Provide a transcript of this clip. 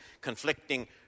conflicting